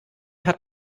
hat